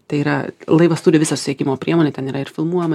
tai yra laivas turi visą sekimo priemonę ten yra ir filmuojama